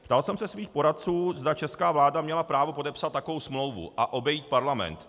Ptal jsem se svých poradců, zda česká vláda měla právo podepsat takovou smlouvu a obejít Parlament.